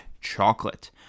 chocolate